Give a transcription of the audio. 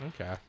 Okay